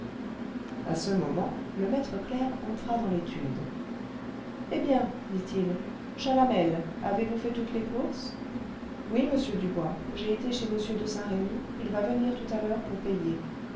à ce moment le maître clerc entra dans l'étude eh bien dit-il chalamel avez-vous fait toutes les courses oui monsieur dubois j'ai été chez m de saint-remy il va venir tout à l'heure pour payer